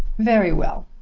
very well,